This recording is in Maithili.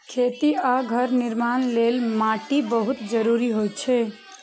खेती आ घर निर्माण लेल माटि बहुत जरूरी होइ छै